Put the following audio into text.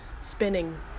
spinning